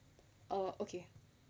oh okay